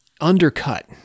undercut